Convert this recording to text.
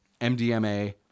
mdma